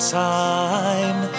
time